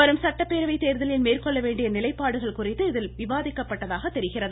வரும் சட்டப்பேரவை தோதலில் மேற்கொள்ள வேண்டிய நிலைப்பாடுகள் குறித்து இதில் விவாதிக்கப்பட்டதாக தெரிகிறது